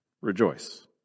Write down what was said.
Rejoice